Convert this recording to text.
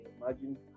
Imagine